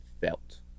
felt